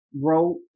wrote